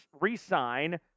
re-sign